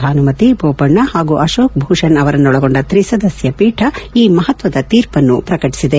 ಭಾನುಮತಿ ಬೊಪಣ್ಣ ಹಾಗೂ ಅಶೋಕ್ ಭೂಷಣ್ ಅವರನ್ನೊಳಗೊಂಡ ತ್ರಿಸದಸ್ಯ ಪೀಠ ಈ ಮಹತ್ವದ ತೀರ್ಪನ್ನು ಪ್ರಕಟಿಸಿದೆ